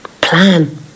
Plan